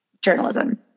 journalism